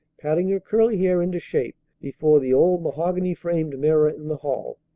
patting her curly hair into shape before the old mahogany-framed mirror in the hall.